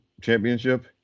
championship